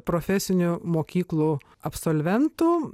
profesinių mokyklų absolventų